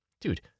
Dude